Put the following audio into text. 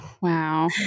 Wow